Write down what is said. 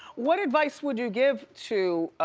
what advice would you give to.